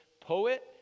poet